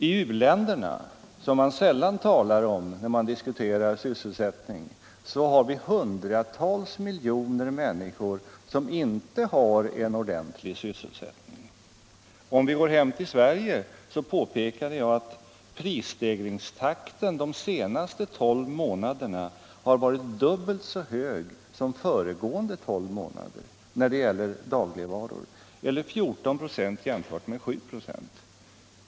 I u-länderna, som man sällan talar om när man diskuterar sysselsättning, finns det hundratals miljoner människor som inte har en ordentlig sysselsättning. I fråga om Sverige påpekade jag att prisstegringstakten de senaste tolv månaderna har varit dubbelt så hög som föregående tolv månader när det gäller dagligvaror — eller 14 96 jämfört med 7 96.